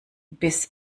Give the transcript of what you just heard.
bis